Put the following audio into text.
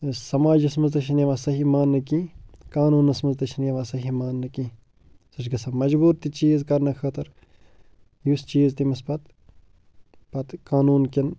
سماجَس منٛز تہِ چھِنہٕ یِوان صحیح ماننہٕ کیٚنٛہہ قانوٗنَس منٛز تہِ چھِنہٕ یِوان صحیح ماننہٕ کیٚنٛہہ سُہ چھُ گَژھان مجبوٗر تہِ چیٖز کرنہٕ خٲطر یُس چیٖز تٔمِس پتہٕ پتہٕ قانوٗنکٮ۪ن